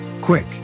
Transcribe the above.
quick